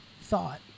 thought